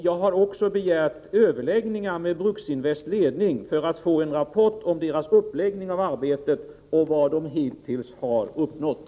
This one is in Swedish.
Jag har också begärt överläggningar med Bruksinvests ledning för att få en rapport om uppläggningen av arbetet och vad man hittills har uppnått.